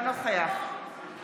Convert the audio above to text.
אינו נוכח סמי אבו שחאדה,